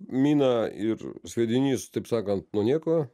mina ir sviedinys taip sakant nuo nieko